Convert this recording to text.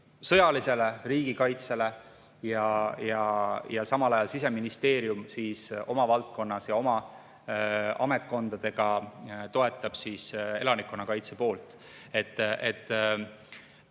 sõjalisele riigikaitsele, samal ajal Siseministeerium oma valdkonnas ja oma ametkondadega toetab elanikkonnakaitse poolt. Aga